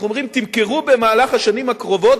אנחנו אומרים: תמכרו במהלך השנים הקרובות,